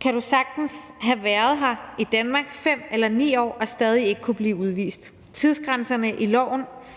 kan du sagtens have været her i Danmark i 5 eller 9 år og stadig ikke kunne blive udvist. Tidsgrænserne i loven